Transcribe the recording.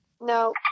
No